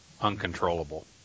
uncontrollable